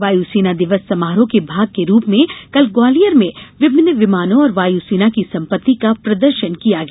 वायु सेना दिवस समारोह के भाग के रूप में कल ग्वालियर में विभिन्न विमानों और वायु सेना की संपत्ति का प्रदर्शन किया गया